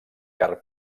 carn